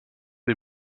les